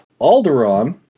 Alderaan